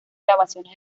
grabaciones